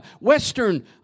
western